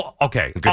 Okay